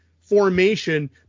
formation